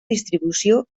distribució